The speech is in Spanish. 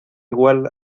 igual